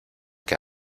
que